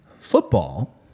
Football